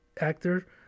actor